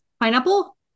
pineapple